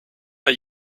are